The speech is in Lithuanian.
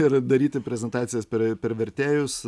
ir daryti prezentacijas per per vertėjus